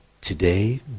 today